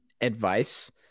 advice